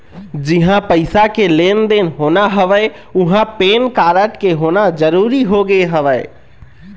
जिहाँ पइसा के लेन देन होना हवय उहाँ पेन कारड के होना जरुरी होगे हवय